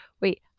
Wait